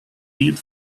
bead